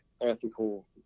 Ethical